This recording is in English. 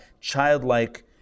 childlike